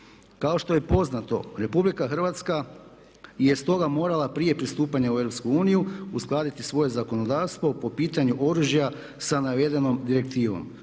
Kao što je poznato Republika Hrvatska je stoga morala prije pristupanja u EU uskladiti svoje zakonodavstvo po pitanju oružja sa navedenom direktivom,